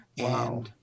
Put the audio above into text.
Wow